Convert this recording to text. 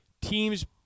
teams